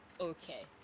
okay